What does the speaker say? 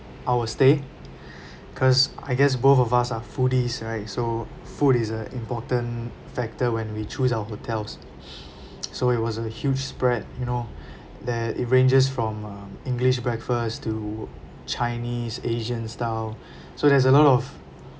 our stay cause I guess both of us are foodies right so food is a important factor when we choose our hotels so it was a huge spread you know that it ranges from um english breakfast to chinese asian style so there's a lot of